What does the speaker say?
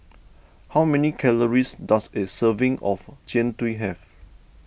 how many calories does a serving of Jian Dui have